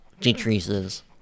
decreases